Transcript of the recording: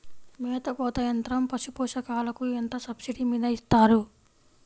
మేత కోత యంత్రం పశుపోషకాలకు ఎంత సబ్సిడీ మీద ఇస్తారు?